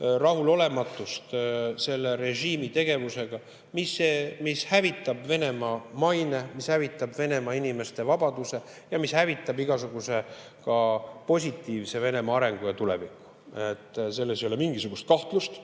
rahulolematust selle režiimi tegevusega, mis hävitab Venemaa maine, mis hävitab Venemaa inimeste vabaduse ja mis hävitab Venemaa igasuguse, ka positiivse arengu ja tuleviku. Selles ei ole mingisugust kahtlust.